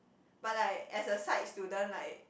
but like as a science student like